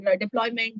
deployment